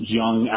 young